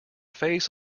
face